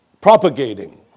propagating